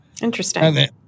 Interesting